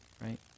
right